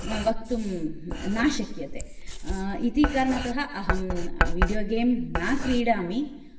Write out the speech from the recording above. वक्तुं न शक्यते इति कारणतः अहं वीडियो गेम् न क्रीडामि